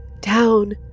down